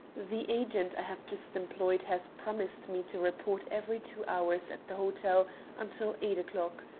the agent i have just employed has promised me to report every two hours at the hotel until eight o'clock.